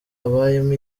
abayemo